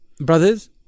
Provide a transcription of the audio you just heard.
brothers